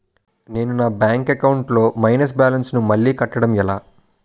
నేను నా bank account లొ మైనస్ బాలన్స్ ను మళ్ళీ కట్టడం ఎలా?